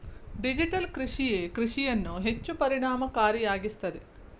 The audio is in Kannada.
ಡಿಜಿಟಲ್ ಕೃಷಿಯೇ ಕೃಷಿಯನ್ನು ಹೆಚ್ಚು ಪರಿಣಾಮಕಾರಿಯಾಗಿಸುತ್ತದೆ